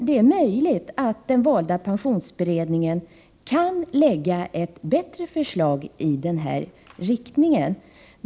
Det är möjligt att den valda pensionsberedningen kan lägga fram ett bättre förslag i denna riktning.